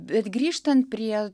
bet grįžtant prie